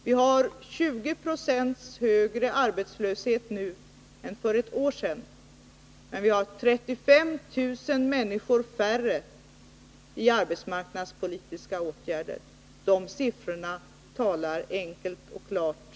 Vi har 20 96 högre arbetslöshet nu än för ett år sedan samtidigt som 35 000 färre människor är föremål för arbetsmarknadspolitiska åtgärder. Dessa siffror talar tyvärr ett enkelt och klart språk.